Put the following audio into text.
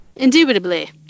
Indubitably